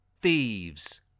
thieves